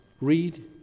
read